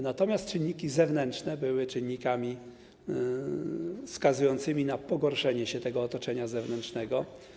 Natomiast czynniki zewnętrzne były czynnikami wskazującymi na pogorszenie się sytuacji w otoczeniu zewnętrznym.